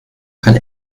kann